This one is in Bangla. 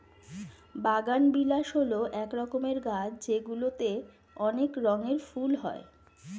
বাগানবিলাস হল এক রকমের গাছ যেগুলিতে অনেক রঙের ফুল হয়